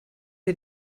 wir